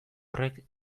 horrek